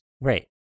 Right